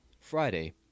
Friday